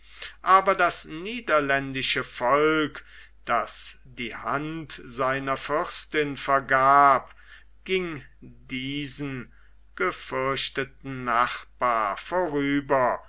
aber das niederländische volk das die hand seiner fürstin vergab ging diesen gefürchteten nachbar vorüber